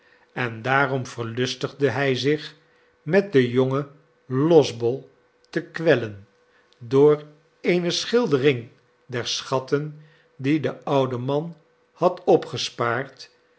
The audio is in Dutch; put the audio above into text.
en daarom verlustigde hij zich met den jongen losbol te kwellen door eene schildering der schatten die de oude man had opgespaard